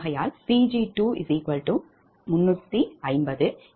எனவே Pg2350